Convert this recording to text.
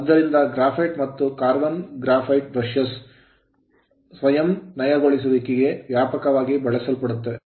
ಆದ್ದರಿಂದ graphite graphite ಮತ್ತು carbon graphite brushes carbon graphite brush ಗಳು ಸ್ವಯಂ ನಯಗೊಳಿಸುವಿಕೆ ಗೆ ವ್ಯಾಪಕವಾಗಿ ಬಳಸಲ್ಪಡುತ್ತವೆ